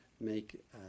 make